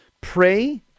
pray